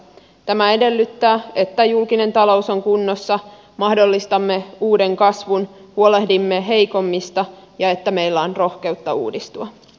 tämä edellyttää että julkinen talous on kunnossa mahdollistamme uuden kasvun huolehdimme heikommista ja että meillä on rohkeutta uudistua